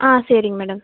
ஆ சரிங்க மேடம்